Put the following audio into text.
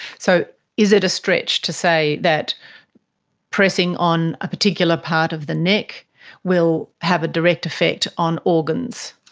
so is it a stretch to say that pressing on a particular part of the neck will have a direct effect on organs?